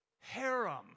harem